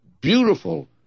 Beautiful